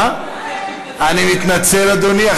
אני מתנצל, אדוני.